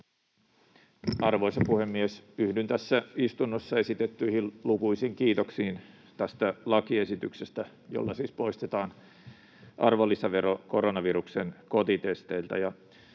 Arvoisa puhemies! Yhdyn tässä istunnossa esitettyihin lukuisiin kiitoksiin tästä lakiesityksestä, jolla siis poistetaan arvonlisävero koronaviruksen kotitesteiltä.